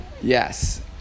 yes